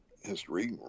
history